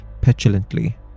petulantly